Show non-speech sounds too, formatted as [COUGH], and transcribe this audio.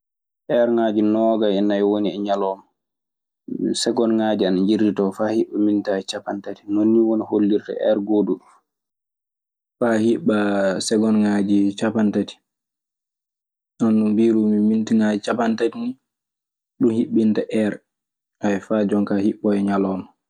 Erŋaaji noogay e nayi woni ley ñalooma, sekondŋaaji ana njiritoo faa hiɓɓa minitiŋaaji nonnii hollirta er gooduɗo. Faa hiɓɓasegonŋaaji canpanɗe tati. Hono mbiirumi mintiŋaaji capanɗe tati nii, ɗun hiɓɓinta; [HESITATION] faa jon kaaa hiɓɓoya ñalowma.